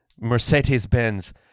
mercedes-benz